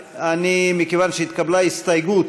מכיוון שהתקבלה הסתייגות,